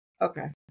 Okay